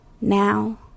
Now